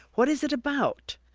what is it about?